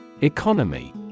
Economy